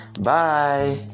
Bye